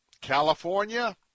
California